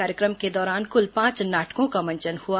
कार्य क्र म के दौरान क्ल पांच नाटकों का मंचन हआ